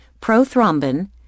prothrombin